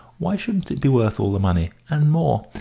why shouldn't it be worth all the money, and more?